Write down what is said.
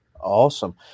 awesome